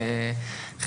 אם זה בטוויטר.